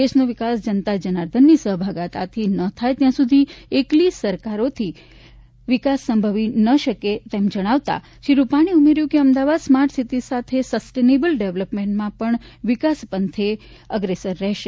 દેશનો વિકાસ જનતા જનાર્દનની સહભાગીતા ન થાય ત્યાં સુધી એકલી સરકારોથી સંભવી ન શકે તેમ જણાવતાં શ્રી રૂપાણીએ કહ્યું હતું કે અમદાવાદ સ્માર્ટ સિટી સાથે સસ્ટેનેઈબલ ડેવલપમેન્ટમાં પણ વિકાસપંથે અગ્રેસર રહેશે